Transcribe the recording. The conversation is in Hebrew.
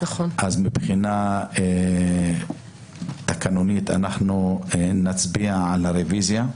אז מבחינה תקנונית אנחנו נצביע על הרביזיה.